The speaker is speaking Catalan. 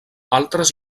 altres